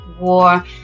war